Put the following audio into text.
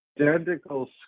identical